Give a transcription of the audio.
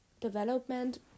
development